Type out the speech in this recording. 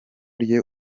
rye